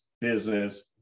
business